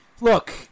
look